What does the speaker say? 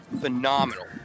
Phenomenal